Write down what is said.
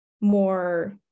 more